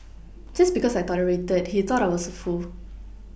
just because I tolerated he thought I was a fool